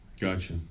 Gotcha